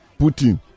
Putin